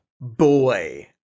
Boy